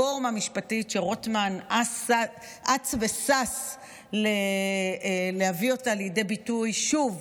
משפטית שרוטמן אץ ושש להביא אותן לידי ביטוי שוב,